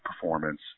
performance